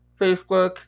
Facebook